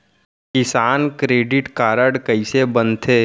किसान credit card कइसे बनथे?